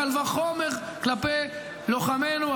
קל וחומר כלפי לוחמינו,